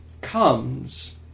comes